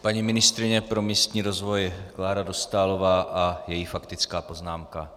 Paní ministryně pro místní rozvoj Klára Dostálová a její faktická poznámka.